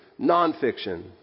nonfiction